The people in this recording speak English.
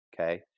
Okay